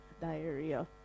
diarrhea